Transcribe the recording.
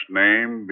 name